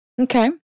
Okay